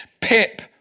Pip